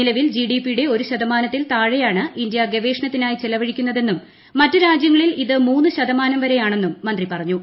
നിലവിൽ ജിഡിപിയുടെ ഒരുശതമാന ത്തിൽ താഴെയാണ് ഇന്തൃ ഗവേഷണത്തിനായി ചെലവഴിക്കു ന്നതെന്നും മറ്റ് രാജ്യങ്ങളിൽ ഇത് മൂന്ന്ു ശതമാനം വരെയാണെ ന്നും മന്ത്രി പറഞ്ഞു